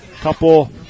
couple